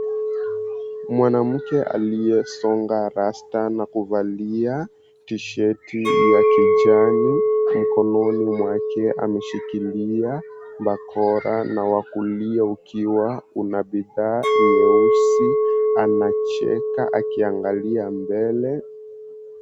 Mwanamke aliyesonga rasta na kuvalia t-shirt ya kijani, mkononi mwake ameshikilia bakora na wakulia ukiwa una bidha nyeusi. Anacheka akiangalia mbele.